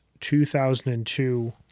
2002